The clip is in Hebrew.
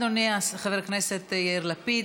אדוני חבר הכנסת יאיר לפיד,